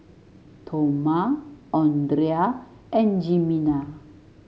Toma Andrea and Jimena